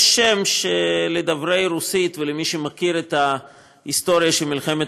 יש שם שלדוברי רוסית ולמי שמכיר את ההיסטוריה של מלחמת